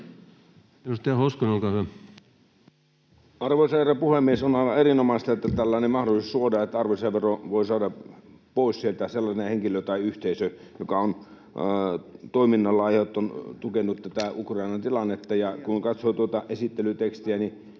Arvoisa herra puhemies! On aivan erinomaista, että tällainen mahdollisuus suodaan, että arvonlisäveron voi saada pois sieltä sellainen henkilö tai yhteisö, joka on toiminnallaan tukenut Ukrainan tilannetta. Kun katsoo tuota esittelytekstiä, niin